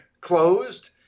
closed